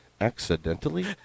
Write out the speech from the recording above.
accidentally